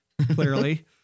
clearly